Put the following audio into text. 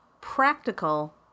practical